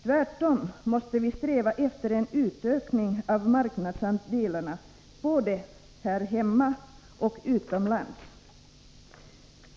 Tvärtom måste vi sträva efter en utökning av marknadsandelarna både här hemma och utomlands.